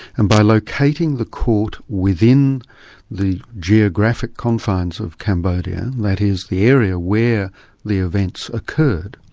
and by locating the court within the geographic confines of cambodia, that is, the area where the events occurred,